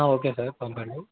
okay sir పంపండి